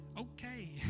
Okay